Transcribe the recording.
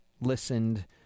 listened